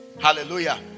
Hallelujah